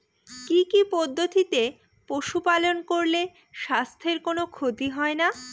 কি কি পদ্ধতিতে পশু পালন করলে স্বাস্থ্যের কোন ক্ষতি হয় না?